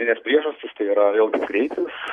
nes priežastys tai yra vėlgi greitis